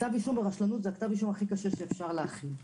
כתב אישום ברשלנות הוא כתב האישום הכי קשה שאפשר להכין,